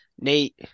Nate